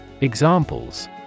Examples